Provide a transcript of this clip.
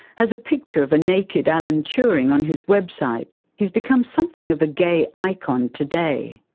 has a picture of a naked alan turing on his website. he's become something of a gay icon today.